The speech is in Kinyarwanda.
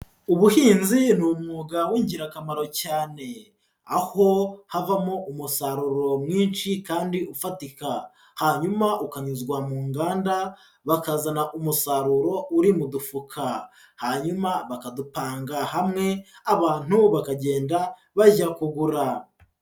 Ubuhinzi ni umwuga w'ingirakamaro cyane, aho havamo umusaruro mwinshi kandi ufatika, hanyuma ukanyuzwa mu nganda, bakazana umusaruro uri mu dufuka, hanyuma bakadupanga hamwe, abantu bakagenda bajya kugura.